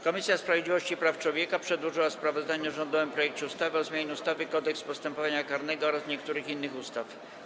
Komisja Sprawiedliwości i Praw Człowieka przedłożyła sprawozdanie o rządowym projekcie ustawy o zmianie ustawy Kodeks postępowania karnego oraz niektórych innych ustaw.